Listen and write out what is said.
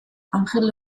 angel